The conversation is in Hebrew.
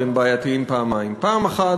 והם בעייתיים פעמיים: ראשית,